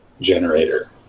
generator